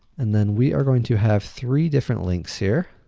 and then, we are going to have three different links here.